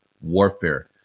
warfare